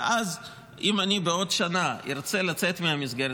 ואז אם בעוד שנה אני ארצה לצאת מהמסגרת,